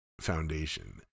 Foundation